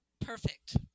perfect